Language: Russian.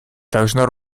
должна